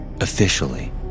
Officially